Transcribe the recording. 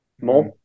More